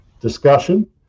discussion